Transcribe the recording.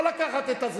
לא לקחת את,